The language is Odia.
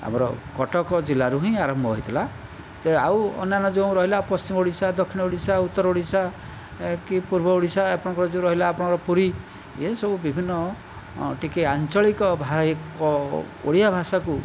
ଆମର କଟକ ଜିଲ୍ଲାରୁ ହିଁ ଆରମ୍ଭ ହୋଇଥିଲା ତେବେ ଆଉ ଅନ୍ୟାନ୍ୟ ଯେଉଁ ରହିଲା ପଶ୍ଚିମ ଓଡ଼ିଶା ଦକ୍ଷିଣ ଓଡ଼ିଶା ଉତ୍ତର ଓଡ଼ିଶା କି ପୂର୍ବ ଓଡ଼ିଶା ଆପଣଙ୍କର ଯେଉଁ ରହିଲା ଆପଣଙ୍କର ପୁରୀ ଏସବୁ ବିଭିନ୍ନ ଟିକେ ଆଞ୍ଚଳିକ ଓଡ଼ିଆ ଭାଷାକୁ